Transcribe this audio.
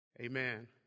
Amen